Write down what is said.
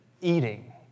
eating